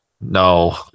No